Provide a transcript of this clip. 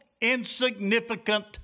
insignificant